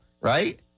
right